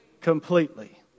Completely